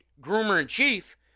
Groomer-in-Chief